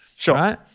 Sure